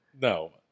No